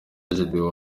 gedeon